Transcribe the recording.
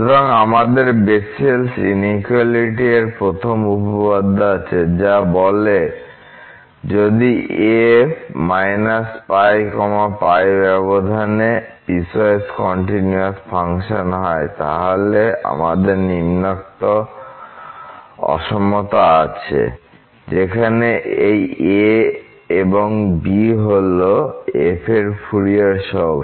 সুতরাং আমাদের Bessel's inequality এর প্রথম উপপাদ্য আছে যা বলে যে যদি f π π ব্যাবধানে পিসওয়াইস কন্টিনিউয়াস ফাংশন হয় তাহলে আমাদের নিম্নোক্ত অসমতা আছে যেখানে এই a এবং b হল f এর ফুরিয়ার সহগ